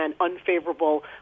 unfavorable